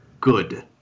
good